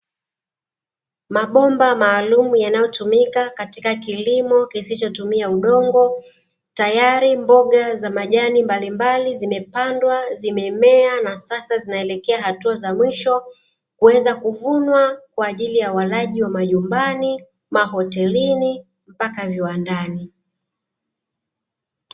Mabomba maalumu yanayotumika katika kilimo kisichotumia udongo, tayari mboga za majani mbalimbali zimepandwa, zimemea ,na sasa zinaelekea hatua za mwisho kuweza kuvunwa kwa ajili ya walaji wa majumbani, .mahotelini mpaka viwandani.